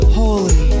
holy